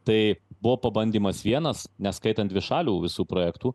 tai buvo pabandymas vienas neskaitant dvišalių visų projektų